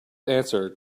answer